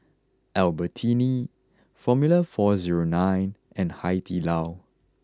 Albertini Formula four zero nine and Hai Di Lao